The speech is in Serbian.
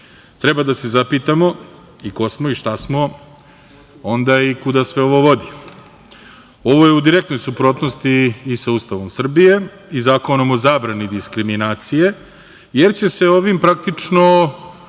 Treba da se zapitamo i ko smo i šta smo, a onda i kuda sve ovo vodi? Ovo je u direktnoj suprotnosti i sa Ustavom Srbije i Zakonom o zabrani diskriminacije, jer će se ovim praktično